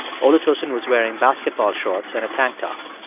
olutosin was wearing basketball shorts and a tank top.